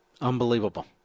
Unbelievable